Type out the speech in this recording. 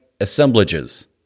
assemblages